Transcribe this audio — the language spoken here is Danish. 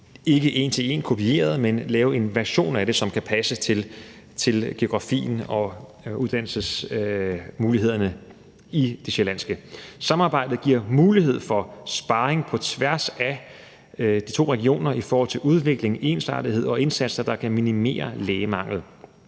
ikke er en til en-kopieret, men som er en version af det, som kan passe til geografien og uddannelsesmulighederne i det sjællandske. Samarbejdet giver mulighed for sparring på tværs af de to regioner i forhold til udvikling, ensartethed og indsatser, der kan minimere lægemangel.